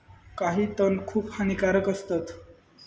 काही तण खूप हानिकारक असतत